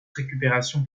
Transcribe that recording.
récupération